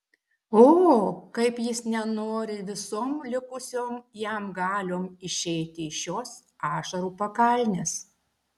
o kaip jis nenori visom likusiom jam galiom išeiti iš šios ašarų pakalnės